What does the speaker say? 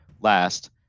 last